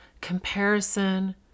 comparison